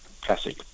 classic